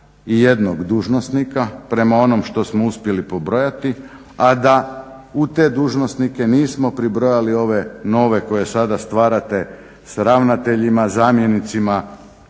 ima 421 dužnosnika, prema onom što smo uspjeli pobrojati, a da u te dužnosnike nismo pribrojali ove nove koje sada stvarate s ravnateljima, zamjenicima